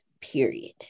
period